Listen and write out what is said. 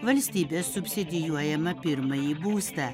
valstybės subsidijuojamą pirmąjį būstą